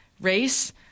race